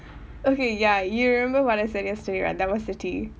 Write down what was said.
okay ya you remember what I said yesterday right that was the tea